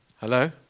Hello